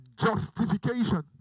justification